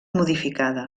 modificada